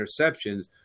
interceptions